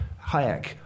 Hayek